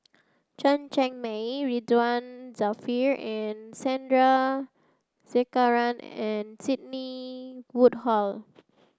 Chen Cheng Mei Ridzwan Dzafir and Sandrasegaran and Sidney Woodhull